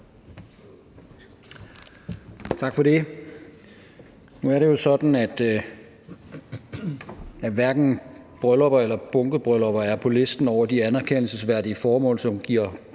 Tak for det. Nu er det jo sådan, at hverken bryllupper eller bunkebryllupper er på listen over de anerkendelsesværdige formål, som giver